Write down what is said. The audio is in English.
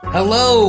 Hello